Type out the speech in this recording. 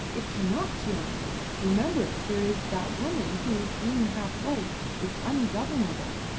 it cannot, tuan! remember there is that woman who, being half white, is ungovernable,